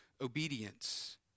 obedience